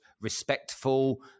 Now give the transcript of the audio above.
respectful